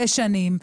שש שנים,